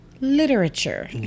literature